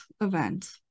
event